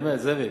באמת, זאביק.